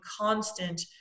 constant